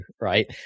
right